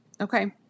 Okay